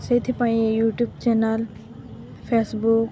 ସେଇଥିପାଇଁ YouTube channel Facebook